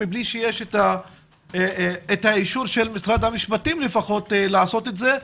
ובלי שיש את האישור של משרד המשפטים לפחות לעשות את זה.